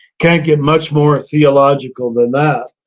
can't get much more theological than that,